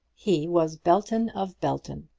he was belton of belton,